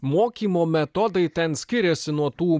mokymo metodai ten skiriasi nuo tų